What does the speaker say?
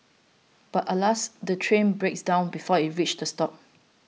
but alas the train breaks down before it reaches the stop